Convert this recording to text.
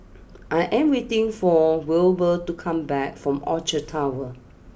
I am waiting for Wilbur to come back from Orchard Towers